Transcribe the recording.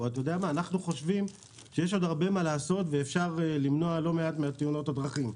אנחנו חושבים שיש עוד הרבה מה לעשות ואפשר למנוע לא מעט מתאונות הדרכים.